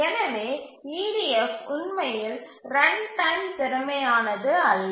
எனவே EDF உண்மையில் runtime திறமையானது அல்ல